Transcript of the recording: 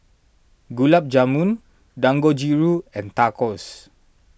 Gulab Jamun Dangojiru and Tacos